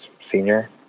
senior